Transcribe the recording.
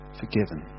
forgiven